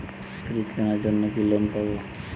Fridge কেনার জন্য কি লোন পাব?